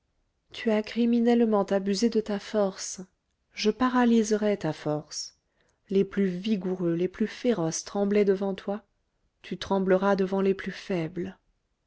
tu as criminellement abusé de ta force je paralyserai ta force les plus vigoureux les plus féroces tremblaient devant toi tu trembleras devant les plus faibles